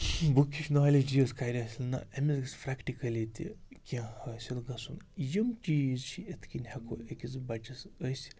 book ہِش نالیجی یۄس کَرِ اَصٕل نہ أمِس گٔژھ پرٛٮ۪کٹِکٔلی تہِ کیٚنٛہہ حٲصِل گژھُن یِم چیٖز چھِ اِتھ کٔنۍ ہٮ۪کو أکِس بَچَس أسۍ